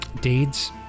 Deeds